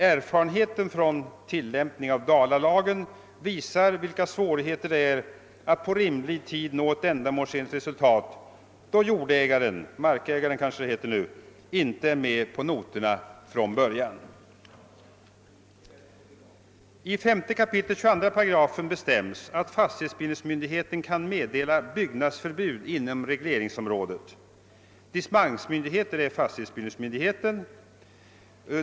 Erfarenheten från tilllämpningen av dalalagen visar hur svårt det är att på rimlig tid nå ett ändamålsenligt resultat då jordägarna — nu heter det kanske markägarna — inte är med på noterna från början. I 5 kap. 22 8 föreskrivs att fastighetsbildningsmyndigheten kan meddela byggnadsförbud inom regleringsområdet. Dispensmyndighet är fastighetsbildningsmyndigheten.